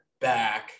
back